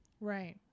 Right